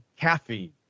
caffeine